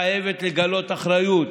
חייבת לגלות אחריות,